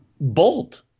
Bolt